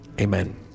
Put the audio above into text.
Amen